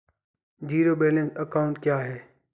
Zero balance account क्या है?